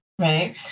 right